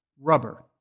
rubber